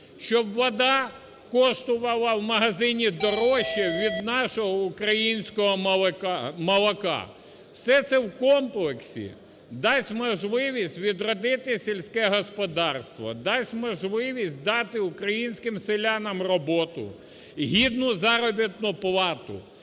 щоб вода коштувала в магазині дорожче від нашого українського молока. Все в комплексі дасть можливість відродити сільське господарство, дасть можливість дати українським селянам роботу, гідну заробітну плату,